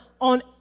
on